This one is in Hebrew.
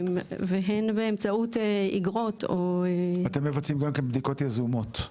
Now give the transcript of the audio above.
והן באמצעות אגרות או --- אתם מבצעים גם כן בדיקות יזומות.